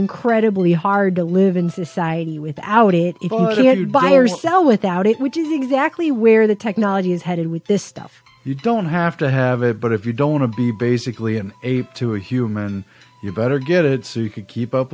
incredibly hard to live in society without it even though they had buyers sell without it which is exactly where the technology is headed with this stuff you don't have to have it but if you don't want to be basically an ape to a human you better get it so you can keep up